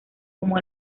como